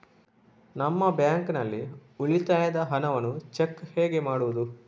ನಮ್ಮ ಬ್ಯಾಂಕ್ ನಲ್ಲಿ ಉಳಿತಾಯದ ಹಣವನ್ನು ಚೆಕ್ ಹೇಗೆ ಮಾಡುವುದು?